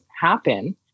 happen